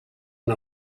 and